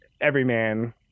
everyman